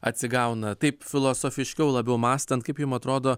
atsigauna taip filosofiškiau labiau mąstant kaip jum atrodo